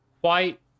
white